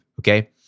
okay